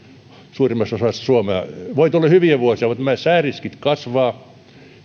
suurimmassa osassa suomea voi tulla hyviä vuosia mutta sääriskit kasvavat